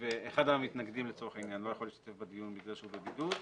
ואחד המתנגדים לצורך העניין לא יכול להשתתף בדיון בגלל שהוא בבידוד,